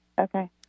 Okay